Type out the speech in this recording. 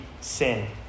sin